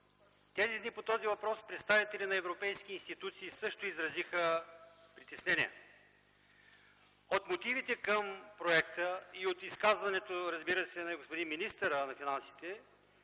Тези дни представители на европейски институции също изразиха притеснения по този въпрос. От мотивите към проекта и от изказването, разбира се, на господин министъра на финансите